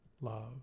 love